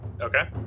okay